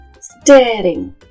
staring